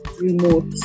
remote